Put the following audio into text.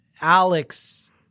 Alex